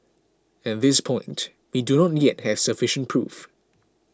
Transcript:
at this point we do not yet have sufficient proof